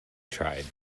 tried